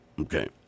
Okay